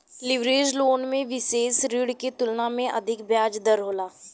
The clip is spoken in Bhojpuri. लीवरेज लोन में विसेष ऋण के तुलना में अधिक ब्याज दर होला